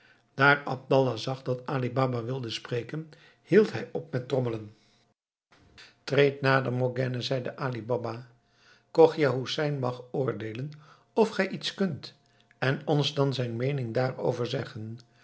daar abdallah zag dat ali baba wilde spreken hield hij op met trommelen treed nader morgiane zeide ali baba chogia hoesein mag oordeelen of gij iets kunt en ons dan zijn meening daarover zeggen